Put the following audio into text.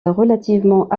relativement